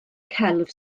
celf